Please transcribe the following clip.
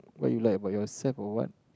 what you like about yourself or what